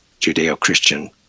Judeo-Christian